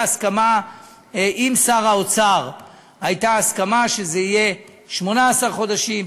עם שר האוצר הייתה הסכמה שזה יהיה 18 חודשים,